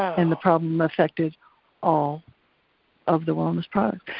and the problem affected all of the wellness product.